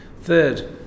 Third